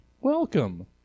Welcome